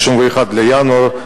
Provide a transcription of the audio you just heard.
31 בינואר,